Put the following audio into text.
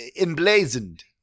emblazoned